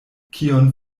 kion